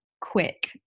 quick